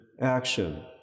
action